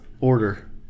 order